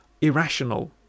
irrational